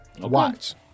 watch